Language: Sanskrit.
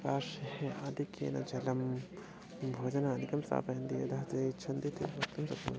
पार्श्वे आधिक्येन जलं भोजनादिकं स्थापयन्ति यदा ते इच्छन्ति ते भोक्तुं शक्नुवन्ति